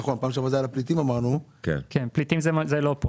נכון, פליטים זה לא כאן.